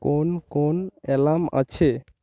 কোন কোন অ্যালার্ম আছে